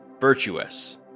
Virtuous